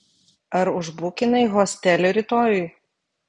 ar užbukinai hostelį rytojui